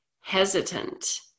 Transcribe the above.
hesitant